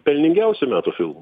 pelningiausiu metų filmu